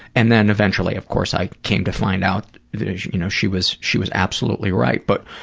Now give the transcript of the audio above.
and then eventually, of course, i came to find out that, you know, she was she was absolutely right but,